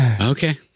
Okay